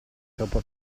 troppo